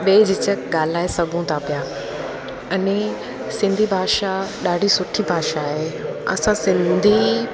ॿिए झिझक ॻाल्हाए सघूं था पिया अने सिंधी भाषा ॾाढी सुठी भाषा आहे असां सिंधी